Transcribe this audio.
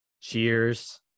cheers